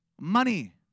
Money